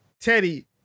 Teddy